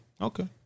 Okay